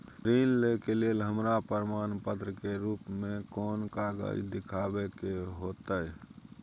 ऋण लय के लेल हमरा प्रमाण के रूप में कोन कागज़ दिखाबै के होतय?